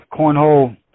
Cornhole